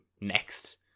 next